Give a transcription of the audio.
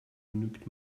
genügt